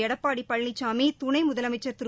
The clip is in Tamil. எடப்பாடி பழனிசாமி துணை முதலனமச்சர் திரு